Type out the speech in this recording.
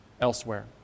elsewhere